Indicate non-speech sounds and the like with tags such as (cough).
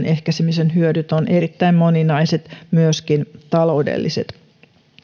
(unintelligible) ehkäisemisen hyödyt yhteiskunnalle ovat erittäin moninaiset myöskin taloudelliset